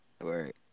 Right